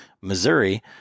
Missouri